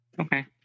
Okay